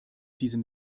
diesem